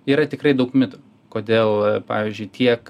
yra tikrai daug mitų kodėl pavyzdžiui tiek